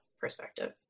perspective